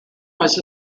was